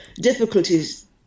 difficulties